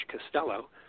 Costello